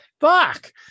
fuck